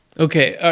okay,